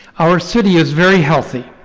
our city is very healthy.